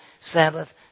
Sabbath